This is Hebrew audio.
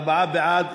ארבעה בעד,